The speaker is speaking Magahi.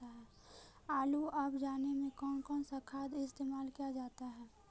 आलू अब जाने में कौन कौन सा खाद इस्तेमाल क्या जाता है?